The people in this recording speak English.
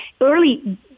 early